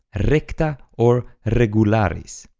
recta, or regularis,